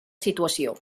situació